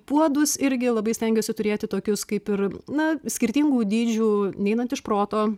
puodus irgi labai stengiuosi turėti tokius kaip ir na skirtingų dydžių neinant iš proto